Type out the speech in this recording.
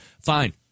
Fine